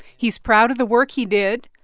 he's proud of the work he did.